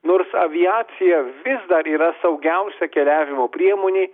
nors aviacija vis dar yra saugiausia keliavimo priemonė